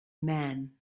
men